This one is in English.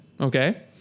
okay